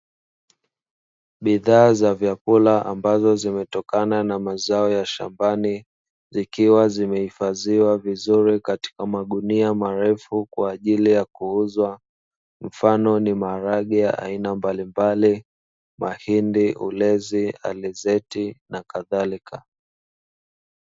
Bidhaa za vyakula ambazo zimetokana na mazao ya shambani, zikiwa zimehifadhiwa vizuri katika magunia marefu kwa ajili ya kuuzwa; mfano ni: maharage ya aina mbalimbali, mahindi, ulezi, alizeti, na kadhalika.